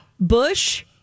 Bush